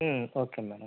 okay madam